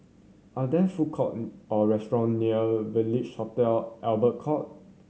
are there food court or restaurant near Village Hotel Albert Court